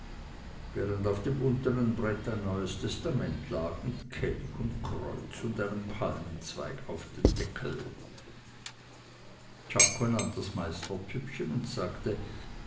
während auf dem unteren brett ein neues testament lag mit kelch und kreuz und einem palmenzweig auf dem deckel czako nahm das meißner püppchen und sagte